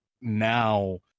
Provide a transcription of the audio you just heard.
now